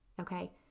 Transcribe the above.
okay